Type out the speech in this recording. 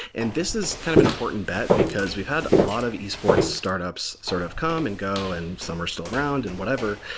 and this is kind of an important bet, because we've had a lot of esports startups sort of come and go and some are still around and whatever.